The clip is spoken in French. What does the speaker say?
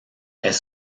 est